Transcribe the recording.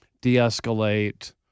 de-escalate